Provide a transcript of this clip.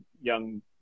young